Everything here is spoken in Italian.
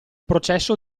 processo